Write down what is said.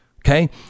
okay